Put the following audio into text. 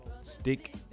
Stick